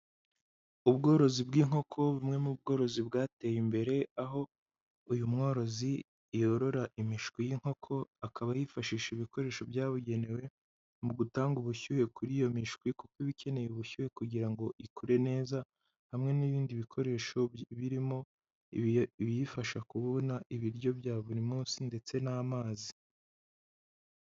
Ubworozi bw'inkoko bumwe mu bworozi bwateye imbere, aho uyu mworozi yorora imishwi y'inkoko akaba yifashisha ibikoresho byabugenewe mu gutanga ubushyuhe kuri iyo mishwi kuko iba ikeneye ubushyuhe kugira ngo ikure neza, hamwe n'ibindi bikoresho birimo ibiyifasha kubona ibiryo bya buri munsi ndetse n'amazi.